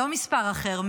לא מספר אחר,